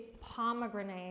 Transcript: pomegranate